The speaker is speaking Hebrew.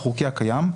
החוקי הקיים,